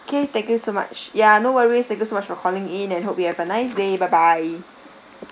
okay thank you so much ya no worries thank you so much for calling in and hope you'll have a nice day bye bye